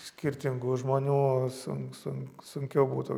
skirtingų žmonių su su sunkiau būtų